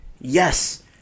yes